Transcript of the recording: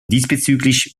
diesbezüglich